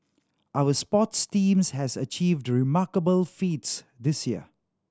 our sports teams have achieved remarkable feats this year